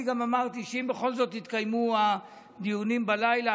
אני גם אמרתי שאם בכל זאת יתקיימו דיונים בלילה,